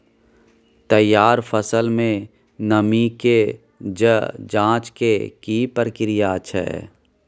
तैयार फसल में नमी के ज जॉंच के की प्रक्रिया छै?